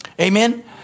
Amen